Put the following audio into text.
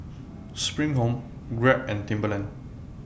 SPRING Home Grab and Timberland